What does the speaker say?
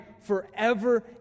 forever